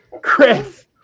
Chris